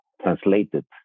translated